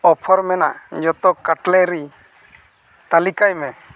offer ᱢᱮᱱᱟᱜ ᱡᱚᱛᱚ cutlery ᱛᱟᱹᱞᱤᱠᱟᱭ ᱢᱮ